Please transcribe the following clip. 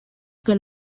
que